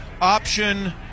option